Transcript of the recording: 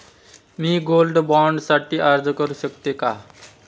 मी gold bond साठी अर्ज करु शकते का?